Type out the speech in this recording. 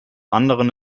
anderen